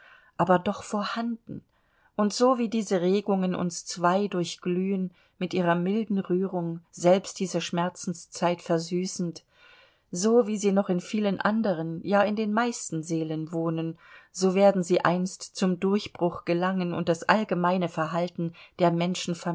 aber doch vorhanden und so wie diese regungen uns zwei durchglühen mit ihrer milden rührung selbst diese schmerzenszeit versüßend so wie sie noch in vielen anderen ja in den meisten seelen wohnen so werden sie einst zum durchbruch gelangen und das allgemeine verhalten der